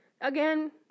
Again